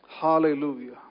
Hallelujah